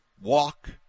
walk